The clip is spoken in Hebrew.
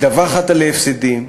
מדווחת על הפסדים,